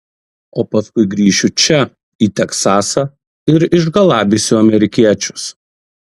o paskui grįšiu čia į teksasą ir išgalabysiu amerikiečius